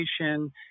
education